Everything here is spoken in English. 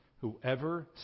Whoever